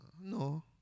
No